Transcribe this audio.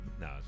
No